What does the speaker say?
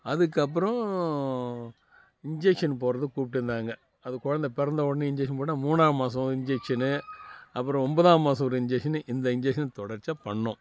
அதுக்கப்புறம் இன்ஜெக்ஷன் போடுறது கூப்பிட்டுருந்தாங்க அதுவும் குழந்த பிறந்த உடனே இன்ஜெக்ஷன் போட்டால் மூணாம் மாதம் இன்ஜெக்ஷன்னு அப்புறம் ஒன்பதாம் மாதம் ஒரு இன்ஜெக்ஷன்னு இந்த இன்ஜெக்ஷன் தொடர்ச்சியாக பண்ணோம்